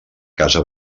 casa